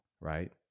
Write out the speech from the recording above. Right